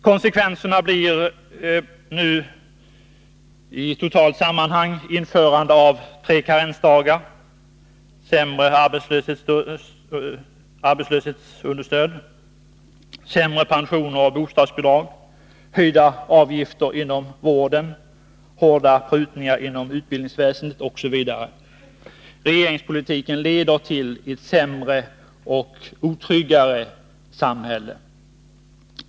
Konsekvenserna blir nu sett i ett totalt sammanhang införande av tre karensdagar, sämre arbetslöshetsunderstöd, sämre pensioner och bostadsbidrag, höjda avgifter inom vården, hårda prutningar inom utbildningsväsendet osv. Regeringspolitiken leder till ett sämre och otryggare samhälle.